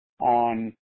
on